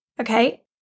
Okay